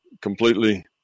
completely